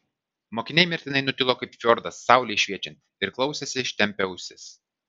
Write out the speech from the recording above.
mokiniai mirtinai nutilo kaip fjordas saulei šviečiant ir klausėsi ištempę ausis